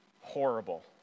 horrible